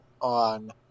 on